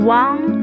one